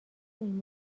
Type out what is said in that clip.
این